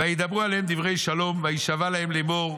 "וידבר אליהם דברי שלום, וישבע להם לאמור,